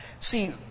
See